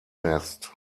nest